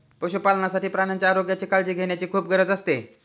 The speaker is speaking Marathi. पशुपालनासाठी प्राण्यांच्या आरोग्याची काळजी घेण्याची खूप गरज असते